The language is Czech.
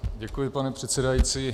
Děkuji, pane předsedající.